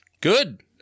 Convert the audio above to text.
Good